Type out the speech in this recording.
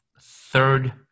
third